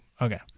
Okay